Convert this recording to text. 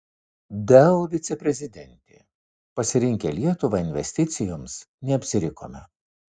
dell viceprezidentė pasirinkę lietuvą investicijoms neapsirikome